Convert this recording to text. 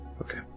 Okay